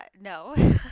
No